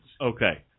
Okay